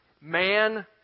man